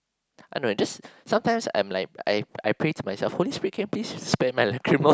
I don't know just sometimes I'm like I I pray to myself Holy-Spirit can you spare my lacrimal gland